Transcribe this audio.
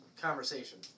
conversation